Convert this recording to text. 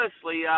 Firstly